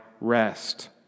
rest